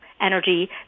energy